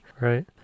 Right